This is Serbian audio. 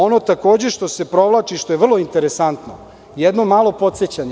Ono takođe što se provlači, što je vrlo interesantno, jedno malo podsećanje.